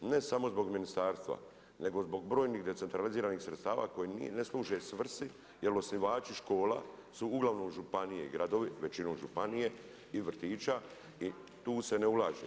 Ne samo zbog ministarstva, nego zbog brojnih decentraliziranih sredstava koji ne služe svrsi, jer osnivači škola su uglavnom županije i gradovi, većinom županije i vrtića i tu se ne ulaže.